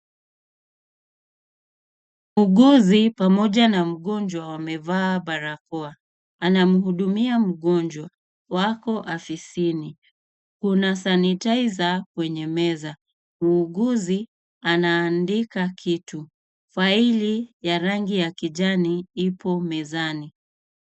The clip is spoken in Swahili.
Muuguzi pamoja na mgonjwa wamevaa barakoa. Anamhudumia mgonjwa wapo ofisini. Kuna sanitizer kwenye meza. Muuguzi anaandika kitu. Faili ya rangi ya kijani ipo mezani.